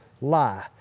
lie